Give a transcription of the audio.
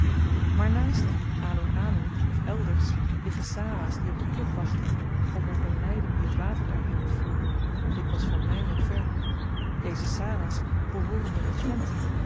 maar naast dien aloen aloen of elders liggen sawah's die op den ploeg wachten of op een leiding die het water daarheen moet voeren dikwyls van mylen ver deze sawah's behooren den regent